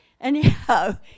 anyhow